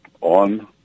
on